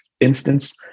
instance